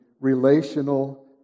relational